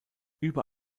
über